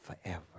forever